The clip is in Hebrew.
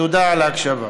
תודה על ההקשבה.